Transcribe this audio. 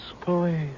Police